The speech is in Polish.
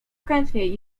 chętnie